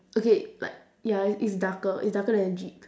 okay like ya it it's darker it's darker than the jeep